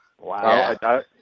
Wow